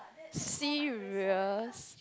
serious